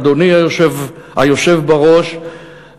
אדוני היושב-בראש,